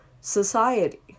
society